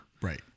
Right